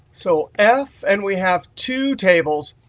so f, and we have two tables.